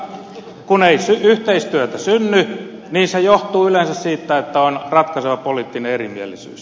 mutta kun ei yhteistyötä synny niin se johtuu yleensä siitä että on ratkaiseva poliittinen erimielisyys